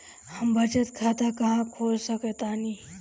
हम बचत खाता कहां खोल सकतानी?